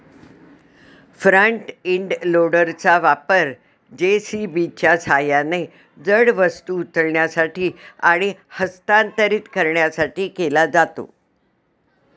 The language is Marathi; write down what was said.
फ्रंट इंड लोडरचा वापर जे.सी.बीच्या सहाय्याने जड वस्तू उचलण्यासाठी आणि हस्तांतरित करण्यासाठी केला जातो